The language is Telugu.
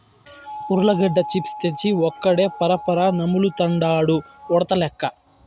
ఉర్లగడ్డ చిప్స్ తెచ్చి ఒక్కడే పరపరా నములుతండాడు ఉడతలెక్క